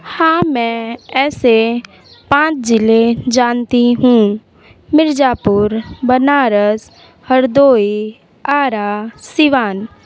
हाँ मैं ऐसे पाँच ज़िले जानती हूँ मिर्जापुर बनारस हरदोई आरा सिवान